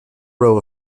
row